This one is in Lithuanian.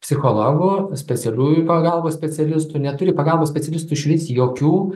psichologų specialiųjų pagalbos specialistų neturi pagalbos specialistų išvis jokių